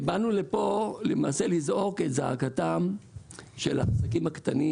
באנו לכאן על מנת לזעוק את זעקתם של העסקים הקטנים.